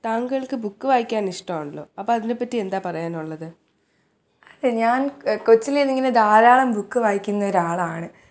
താങ്കൾക്ക് ബുക്ക് വായിക്കാൻ ഇഷ്ടമാണല്ലോ അപ്പോൾ അതിനെപ്പറ്റി എന്താണ് പറയാനുള്ളത് അത് ഞാൻ കൊച്ചിലെ ഇതിങ്ങനെ ധാരാളം ബുക്ക് വായിക്കുന്നൊരാളാണ്